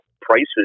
prices